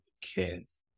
kids